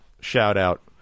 shout-out